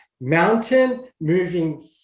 mountain-moving